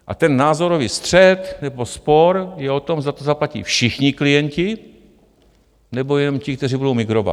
A ten názorový střet nebo spor je o tom, zda to zaplatí všichni klienti, nebo jenom ti, kteří budou migrovat.